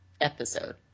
episode